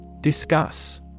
Discuss